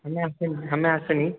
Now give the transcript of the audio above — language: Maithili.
हमे सनी हमे सनी